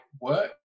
work